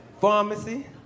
Pharmacy